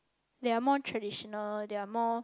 they are more traditional they are more